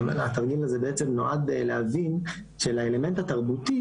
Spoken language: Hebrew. התרגיל הזה בעצם נועד להבין שלאלמנט התרבותי